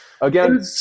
Again